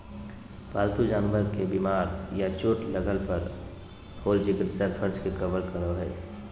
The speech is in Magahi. पालतू जानवर के बीमार या चोट लगय पर होल चिकित्सा खर्च के कवर करो हइ